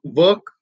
work